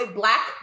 black